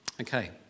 Okay